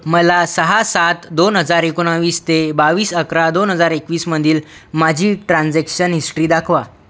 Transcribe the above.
मला सहा सात दोन हजार एकोणवीस ते बावीस अकरा दोन हजार एकवीसमधील माझी ट्रान्झॅक्शन हिस्ट्री दाखवा